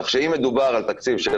כך שאם מדובר על תקציב של